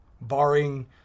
barring